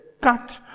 cut